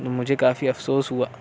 مجھے کافی افسوس ہوا